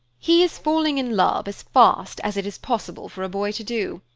he is falling in love as fast as it is possible for a boy to do